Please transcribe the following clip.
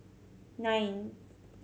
nine